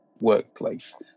workplace